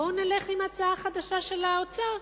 בואו נלך עם ההצעה החדשה של האוצר,